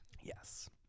Yes